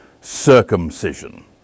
circumcision